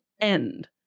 end